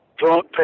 drunk